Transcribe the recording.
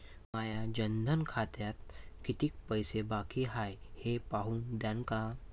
माया जनधन खात्यात कितीक पैसे बाकी हाय हे पाहून द्यान का?